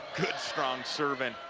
good strong serve and